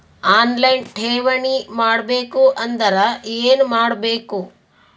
On line ಠೇವಣಿ ಮಾಡಬೇಕು ಅಂದರ ಏನ ಮಾಡಬೇಕು?